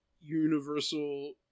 universal